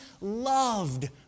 loved